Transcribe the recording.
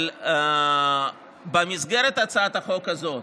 אבל במסגרת הצעת החוק הזאת,